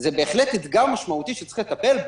זה בהחלט אתגר משמעותי שצריך לטפל בו,